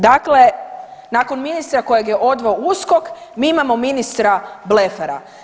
Dakle, nakon ministra kojeg je odveo USKOK mi imamo ministra blefera.